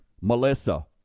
Melissa